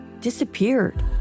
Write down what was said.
disappeared